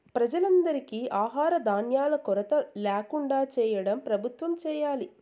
ప్రజలందరికీ ఆహార ధాన్యాల కొరత ల్యాకుండా చేయటం ప్రభుత్వం చేయాలి